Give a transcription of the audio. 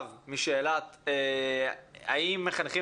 חבר הכנסת